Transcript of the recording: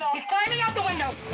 he's climbing out the window.